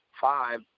five